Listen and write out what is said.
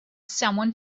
someone